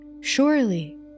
Surely